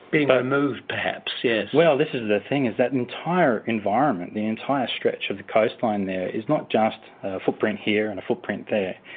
being moved perhaps, yes. well, this is the thing, is that entire environment, the entire stretch of the coastline there is not just footprint here and a footprint there,